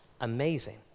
Amazing